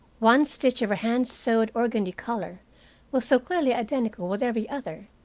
one stitch of her hand-sewed organdy collar was so clearly identical with every other,